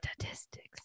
Statistics